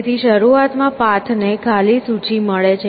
તેથી શરૂઆતમાં પાથને ખાલી સૂચિ મળે છે